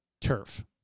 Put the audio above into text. turf